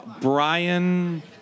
Brian